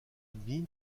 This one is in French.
admis